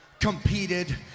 Competed